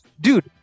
dude